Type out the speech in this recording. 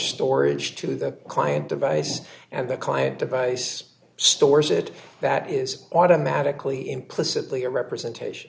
storage to the client device and the client device stores it that is automatically implicitly a representation